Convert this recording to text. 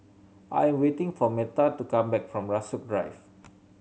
I am waiting for Metha to come back from Rasok Drive